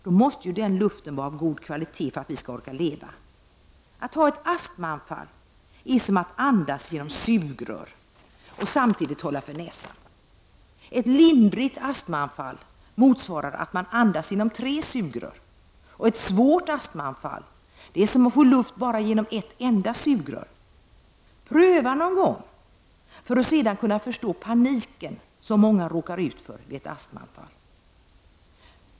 Då måste ju den vara av god kvalitet för att vi skall orka leva. Att ha ett astmaanfall är som att andas genom sugrör och samtidigt hålla för näsan. Ett lindrigt astmaanfall motsvarar andning genom tre sugrör. Ett svårt astmaanfall är som att få luft genom bara ett enda sugrör. Pröva någon gång för att förstå den panik som många råkar ut för vid ett astmaanfall.